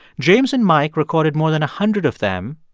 james and mike recorded more than a hundred of them.